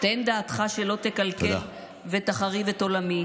תן דעתך שלא תקלקל ותחריב את עולמי,